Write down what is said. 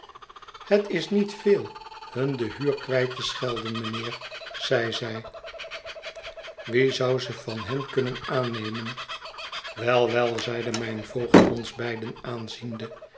het is niet veel hun de huur kwijt te schelden mijnheer zeide zij wie zou ze van hen kunnen aannemen wel wel zeide mijn voogd ons beiden aanziende